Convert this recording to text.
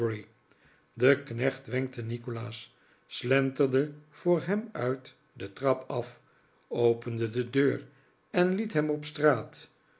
de knecht wenkte nikolaas slenterde voor hem uit de trap af opende de deur en liet hem op straat